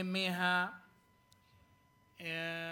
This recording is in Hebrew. וממה